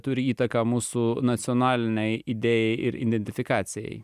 turi įtaką mūsų nacionalinei idėjai ir identifikacijai